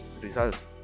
results